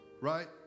Right